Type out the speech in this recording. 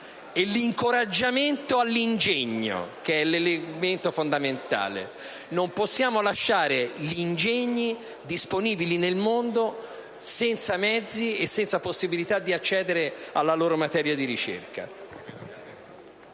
e l'incoraggiamento all'ingegno, che è l'elemento fondamentale. Non possiamo lasciare gli ingegni disponibili nel mondo senza mezzi e senza possibilità di accedere alla loro materia di ricerca.